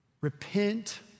Repent